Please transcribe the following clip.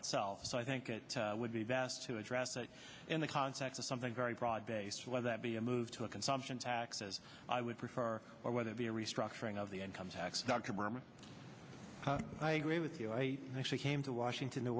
itself so i think it would be best to address it in the context of something very broad based whether that be a move to a consumption tax as i would prefer or whether it be a restructuring of the income tax dr berman i agree with you i actually came to washington to